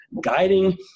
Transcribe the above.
guiding